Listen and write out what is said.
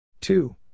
two